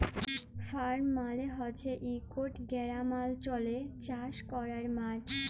farm মালে হছে ইকট গেরামাল্চলে চাষ ক্যরার মাঠ